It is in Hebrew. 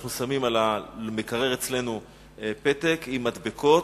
אנחנו שמים על המקרר אצלנו פתק עם מדבקות,